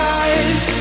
eyes